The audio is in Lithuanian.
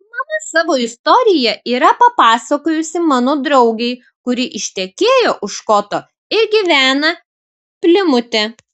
mama savo istoriją yra papasakojusi mano draugei kuri ištekėjo už škoto ir gyvena plimute